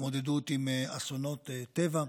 התמודדות עם אסונות טבע.